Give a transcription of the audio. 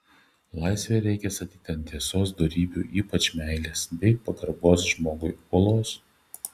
laisvę reikia statyti ant tiesos dorybių ypač meilės bei pagarbos žmogui uolos